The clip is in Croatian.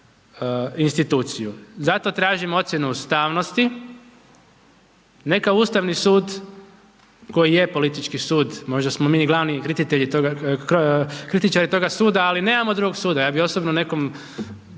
instituciju. Zato tražim ocjenu ustavnosti. Neka Ustavni sud koji je politički sud, možda smo mi i glavni kritičari toga suda ali nemamo drugog suda. Ja bih osobno nekom